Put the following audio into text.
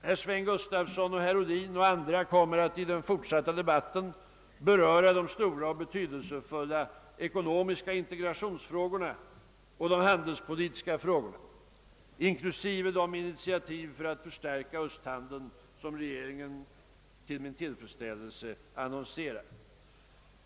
Herr Sven Gustafson och herr Ohlin m.fl. kommer att i den fortsatta debatten beröra de stora och betydelsefulla ekonomiska integrationsfrågorna och de handelspolitiska problemen, inklusive de initiativ för att förstärka östhandeln som regeringen till min tillfredsställelse annonserar.